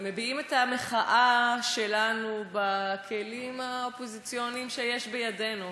ומביעים את המחאה שלנו בכלים האופוזיציוניים שיש בידינו.